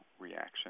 reaction